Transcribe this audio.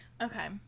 Okay